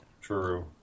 true